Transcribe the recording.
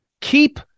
keep